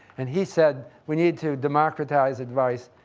and he said we need to democratize advice.